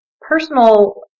personal